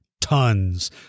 tons